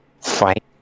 fight